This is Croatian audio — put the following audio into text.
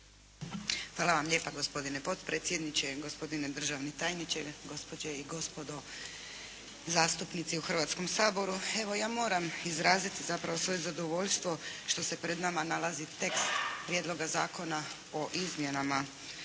Hvala vam lijepa. Gospodine potpredsjedniče, gospodine državni tajniče, gospođe i gospodo zastupnici u Hrvatskom saboru. Evo, ja moram izraziti zapravo svoje zadovoljstvo što se pred nama nalazi tekst Prijedloga zakona o izmjenama